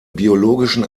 biologischen